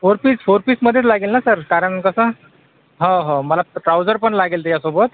four piece four पीसमध्येच लागेल ना सर कारण कसं हो हो मला ट ट्राऊझरपण लागेल त्याच्यासोबत